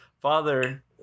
father